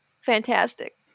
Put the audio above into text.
fantastic